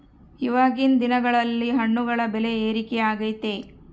ಇವಾಗಿನ್ ದಿನಗಳಲ್ಲಿ ಹಣ್ಣುಗಳ ಬೆಳೆ ಏರಿಕೆ ಆಗೈತೆ